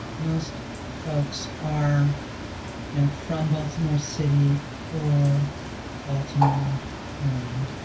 most folks are you know from baltimore city or baltimore county.